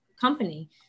company